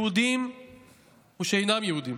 יהודים ושאינם יהודים,